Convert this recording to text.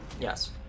yes